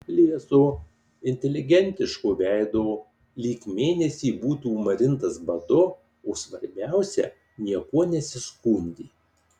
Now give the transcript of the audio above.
lieso inteligentiško veido lyg mėnesį būtų marintas badu o svarbiausia niekuo nesiskundė